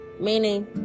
meaning